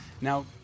now